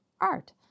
art